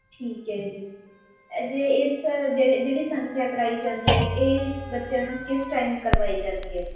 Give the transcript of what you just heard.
ਠੀਕ ਹੈ ਜੀ ਜੇ ਇਸ ਜਿ ਜਿਹੜੀ ਸੰਥਿਆ ਕਰਵਾਈ ਜਾਂਦੀ ਹੈ ਇਹ ਬੱਚਿਆਂ ਨੂੰ ਕਿਸ ਟਾਈਮ ਕਰਵਾਈ ਜਾਂਦੀ ਹੈ